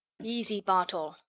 easy, bartol!